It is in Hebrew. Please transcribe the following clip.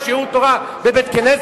איזה שיעור תורה בבית-כנסת?